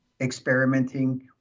experimenting